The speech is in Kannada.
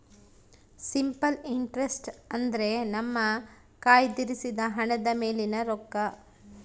ಸಿಂಪಲ್ ಇಂಟ್ರಸ್ಟ್ ಅಂದ್ರೆ ನಮ್ಮ ಕಯ್ದಿರಿಸಿದ ಹಣದ ಮೇಲಿನ ರೊಕ್ಕ